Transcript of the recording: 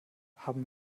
haben